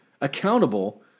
accountable